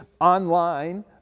online